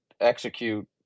execute